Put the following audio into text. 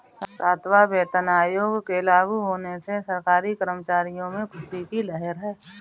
सातवां वेतन आयोग के लागू होने से सरकारी कर्मचारियों में ख़ुशी की लहर है